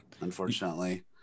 unfortunately